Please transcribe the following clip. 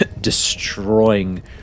destroying